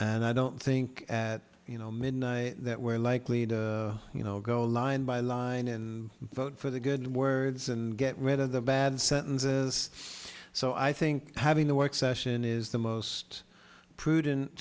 and i don't think that you know midnight that we're likely to you know go line by line and vote for the good words and get rid of the bad sentences so i think having the work session is the most prudent